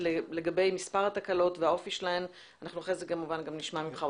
מהטיפול נעשה בלב ים ועוד 34% נעשה באשדוד,